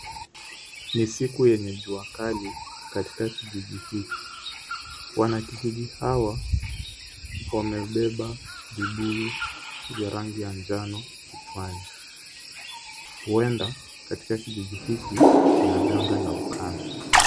Ni siku yenye jua kali, katika kijiji hiki. Wanakijiji hawa wamebeba vibuyu vya rangi ya njano kichwani. Huenda katika kijiji hiki, kuna janga la ukame.